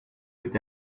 with